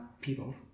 people